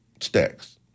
stacks